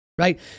right